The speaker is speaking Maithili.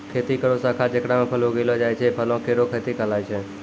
खेती केरो शाखा जेकरा म फल उगैलो जाय छै, फलो केरो खेती कहलाय छै